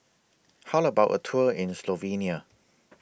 How about A Tour in Slovenia